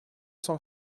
cent